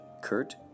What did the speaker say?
Kurt